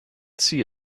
see